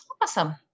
Awesome